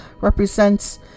represents